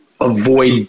Avoid